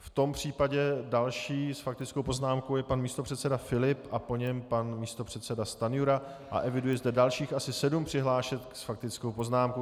V tom případě další s faktickou poznámkou je pan místopředseda Filip a po něm pan místopředseda Stanjura a eviduji zde dalších asi sedm přihlášek s faktickou poznámkou.